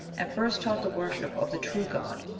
and first taught the worship of the true god,